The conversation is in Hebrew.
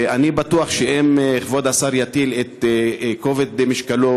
ואני בטוח שאם כבוד השר יטיל את כובד משקלו